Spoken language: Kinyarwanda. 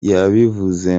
yabivuze